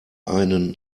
einen